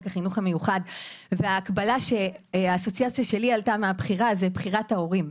החינוך המיוחד וההקבלה שהאסוציאציה שלי עלתה מהבחירה זה בחירת ההורים.